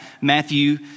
Matthew